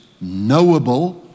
knowable